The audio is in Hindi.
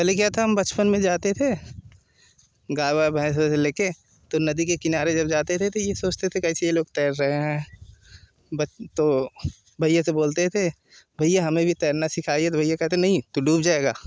पहले क्या था कि हम बचपन में जाते थे गाय वाय भैंस वैस लेके तो नदी के किनारे जब जाते थे तो ये सोचते थे कि कैसे ये लोग तैर रहे हैं बत तो भाई से बोलते थे भैया हमें भी तैरना सिखाइए भैया कहते हैं नहीं तू डूब जाएगा